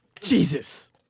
Jesus